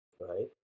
right